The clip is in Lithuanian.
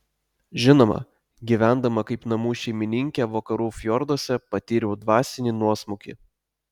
žinoma gyvendama kaip namų šeimininkė vakarų fjorduose patyriau dvasinį nuosmukį